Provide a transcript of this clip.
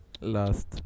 last